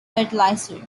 fertilizer